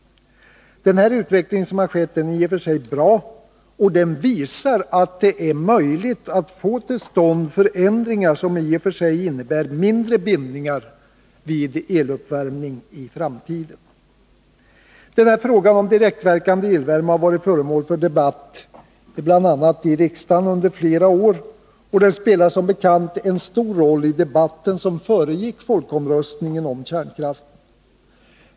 Den utveckling som skett är i och för sig bra och visar att det är möjligt att få till stånd förändringar, som i och för sig innebär mindre bindningar vid eluppvärmning i framtiden. Frågan om direktverkande elvärme har varit föremål för debatt, bl.a. i riksdagen under flera år, och den spelade som bekant en stor roll i debatten som föregick folkomröstningen om kärnkraften.